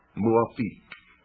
muwafiq,